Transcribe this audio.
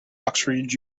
oxford